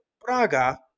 Braga